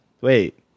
Wait